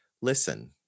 listen